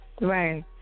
Right